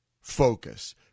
Focus